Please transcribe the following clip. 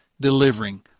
delivering